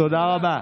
תודה רבה.